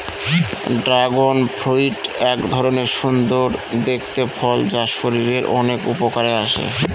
dragon fruit এক ধরনের সুন্দর দেখতে ফল যা শরীরের অনেক উপকারে আসে